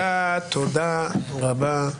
תודה רבה.